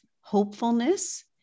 hopefulness